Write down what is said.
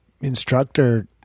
instructor